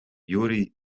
jurij